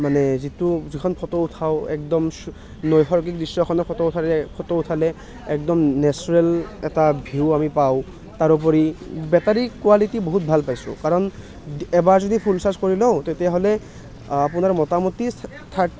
মানে যিটো যিখন ফটো উঠাওঁ একদম নৈসৰ্গিক দৃশ্য এখনৰ ফটো উঠালে ফটো উঠালে একদম নেচ্যুৰেল এটা ভিউ আমি পাওঁ তাৰ উপৰি বেটাৰী কোৱালিটি বহুত ভাল পাইছোঁ কাৰণ দি এবাৰ যদি ফুল চাৰ্জ কৰি লওঁ তেতিয়াহ'লে আপোনাৰ মোটামুটি